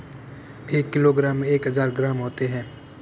एक किलोग्राम में एक हज़ार ग्राम होते हैं